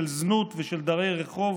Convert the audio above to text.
של זנות ושל דרי רחוב,